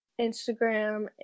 Instagram